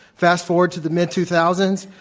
fast forward to the mid two thousand